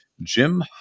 Jim